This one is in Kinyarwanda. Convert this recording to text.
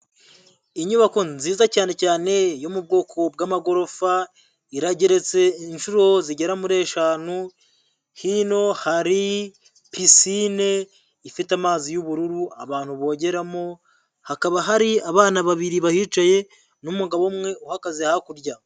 Inyubako nziza cyane cyane yo mu bwoko bw'amagorofa, irageretse inshuro zigera muri eshanu, hino hari pisine ifite amazi y'ubururu abantu bogeramo, hakaba hari abana babiri bihicaye n'umugabo umwe uhagaze hakurya.